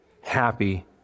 happy